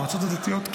המועצות הדתיות,